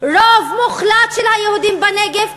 רוב מוחלט של היהודים בנגב,